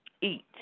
eat